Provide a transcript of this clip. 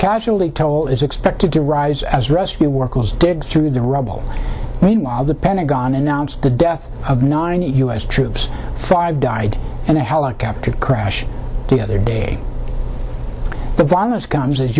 casualty toll is expected to rise as rescue workers dig through the rubble meanwhile the pentagon announced the death of nine u s troops five died and a helicopter crash the other day the violence comes as